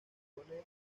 dispone